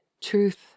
truth